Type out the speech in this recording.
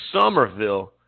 Somerville –